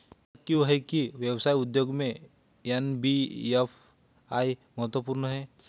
ऐसा क्यों है कि व्यवसाय उद्योग में एन.बी.एफ.आई महत्वपूर्ण है?